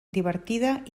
divertida